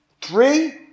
Three